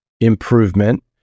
improvement